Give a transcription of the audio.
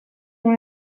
dans